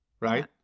right